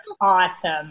Awesome